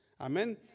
Amen